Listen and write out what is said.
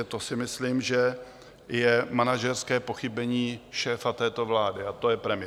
To si myslím, že je manažerské pochybení šéfa této vlády, a to je premiér.